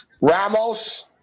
Ramos